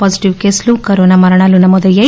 positive కేసులు corona మరణాలు నమోదయ్యాయి